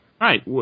Right